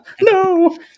no